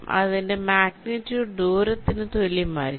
അതിന്റെ മാഗ്നിറ്റിയൂഡ് ദൂരത്തിനു തുല്യമായിരിക്കും